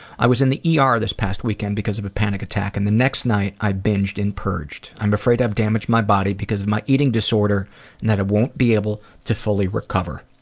i was in the yeah ah er this past weekend because of a panic attack, and the next night i binged and purged. i'm afraid i've damaged my body because of my eating disorder and that i won't be able to fully recover.